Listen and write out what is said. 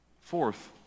Fourth